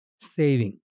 saving